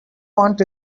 want